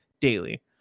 daily